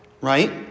right